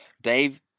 Dave